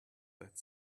that